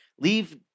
leave